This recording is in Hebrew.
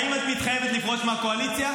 האם את מתחייבת לפרוש מהקואליציה?